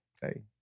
Hey